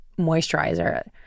moisturizer